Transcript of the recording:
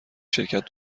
شرکت